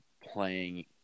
playing